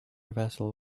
vessel